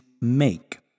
make